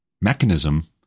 mechanism